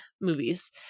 movies